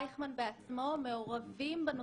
רייכמן בעצמו מעורבים בנושא,